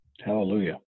Hallelujah